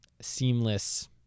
seamless